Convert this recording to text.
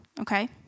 okay